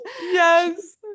yes